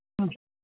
ம்